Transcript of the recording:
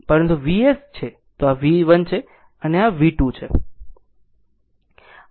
તો આ V1 છે અને આ V2 છે